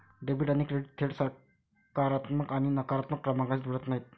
debit आणि credit थेट सकारात्मक आणि नकारात्मक क्रमांकांशी जुळत नाहीत